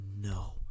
No